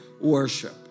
worship